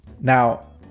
now